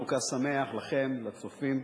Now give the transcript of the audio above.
חנוכה שמח לכם ולצופים.